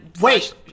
Wait